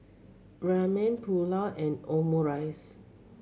Ramen Pulao and Omurice